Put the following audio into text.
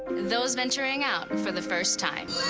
those venturing out for the first time